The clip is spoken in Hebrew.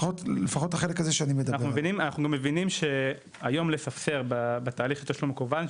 אנחנו מבינים שהיום לספסר בתהליך התשלום המקוון,